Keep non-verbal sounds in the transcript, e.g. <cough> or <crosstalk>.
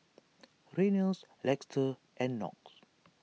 <noise> Reynolds Lester and Knox